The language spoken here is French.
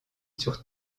sur